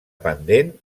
pendent